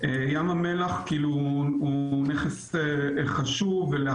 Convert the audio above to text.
ים המלח הוא נכס חשוב ויש השלכות